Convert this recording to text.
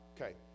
Okay